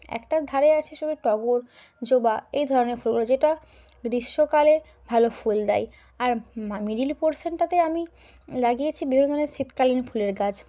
একটার ধারে আছে শুধু টগর জবা এই ধরনের ফুলগুলো যেটা গ্রীষ্মকালে ভালো ফুল দেয় আর মিডল পোর্শনটাতে আমি লাগিয়েছি বিভিন্ন ধরনের শীতকালীন ফুলের গাছ